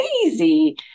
crazy